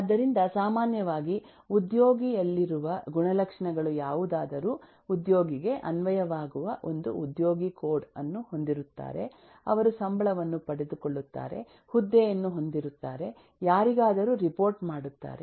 ಆದ್ದರಿಂದ ಸಾಮಾನ್ಯವಾಗಿ ಉದ್ಯೋಗಿಯಲ್ಲಿರುವ ಗುಣಲಕ್ಷಣಗಳು ಯಾವುದಾದರೂ ಉದ್ಯೋಗಿಗೆ ಅನ್ವಯವಾಗುವ ಒಂದು ಉದ್ಯೋಗಿ ಕೋಡ್ ಅನ್ನು ಹೊಂದಿರುತ್ತಾರೆ ಅವರು ಸಂಬಳವನ್ನು ಪಡೆದು ಕೊಳ್ಳುತ್ತಾರೆ ಹುದ್ದೆಯನ್ನು ಹೊಂದಿರುತ್ತಾರೆ ಯಾರಿಗಾದರೂ ರಿಪೋರ್ಟ್ ಮಾಡುತ್ತಾರೆ